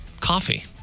coffee